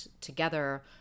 together